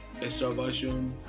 extraversion